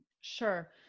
Sure